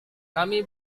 kami